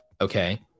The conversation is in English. Okay